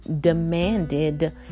demanded